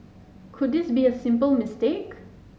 could this be a simple mistake